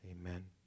Amen